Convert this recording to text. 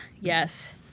yes